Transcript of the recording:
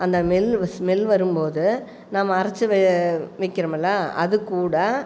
அந்த மெல் ஸ்மெல் வரும்போது நம்ம அரைச்சி வைக்கிறோம்ல அது கூட